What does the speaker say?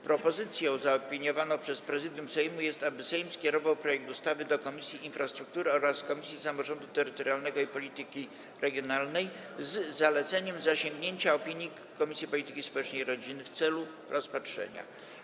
Propozycją zaopiniowaną przez Prezydium Sejmu jest, aby Sejm skierował projekt ustawy do Komisji Infrastruktury oraz Komisji Samorządu Terytorialnego i Polityki Regionalnej, z zaleceniem zasięgnięcia opinii Komisji Polityki Społecznej i Rodziny, w celu rozpatrzenia.